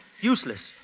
Useless